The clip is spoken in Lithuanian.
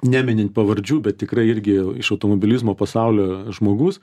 neminint pavardžių bet tikrai irgi iš automobilizmo pasaulio žmogus